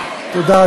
תודה,